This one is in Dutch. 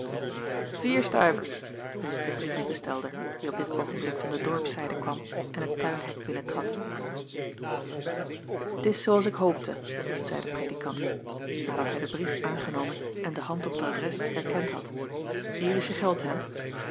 vier stuivers riep de brievebestelder die op dit oogenblik van de dorpszijde kwam en het tuinhek binnentrad t is zoo als ik hoopte zeide de predikant nadat hij den brief aangenomen en de hand op het adres herkend had hier is je geld hendt